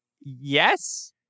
Yes